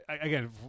Again